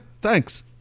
thanks